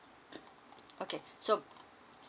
okay so